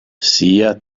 sia